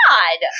God